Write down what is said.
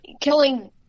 killing